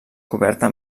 coberta